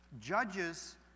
Judges